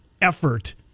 effort